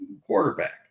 quarterback